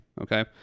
Okay